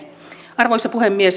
arvoisa puhemies